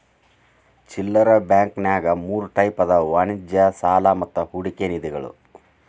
ಚಿಲ್ಲರೆ ಬಾಂಕಂನ್ಯಾಗ ಮೂರ್ ಟೈಪ್ ಅದಾವ ವಾಣಿಜ್ಯ ಸಾಲಾ ಮತ್ತ ಹೂಡಿಕೆ ನಿಧಿಗಳು